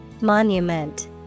Monument